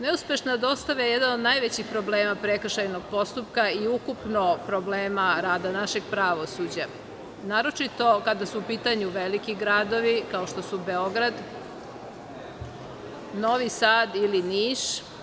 Neuspešna dostava je jedan od najvećih problema prekršajnog postupka i ukupno problema rada našeg pravosuđa, naročito, kada su u pitanju veliki gradovi kao što su Beograd, Novi Sad ili Niš.